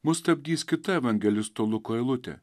mus stabdys kita evangelisto luko eilutė